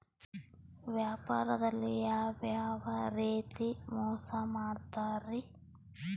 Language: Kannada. ವ್ಯಾಪಾರದಲ್ಲಿ ಯಾವ್ಯಾವ ರೇತಿ ಮೋಸ ಮಾಡ್ತಾರ್ರಿ?